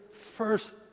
first